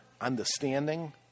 understanding